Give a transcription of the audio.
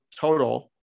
total